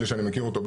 בלי שאני מכיר אותו,